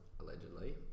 allegedly